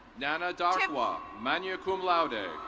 nanna and um manu com laude.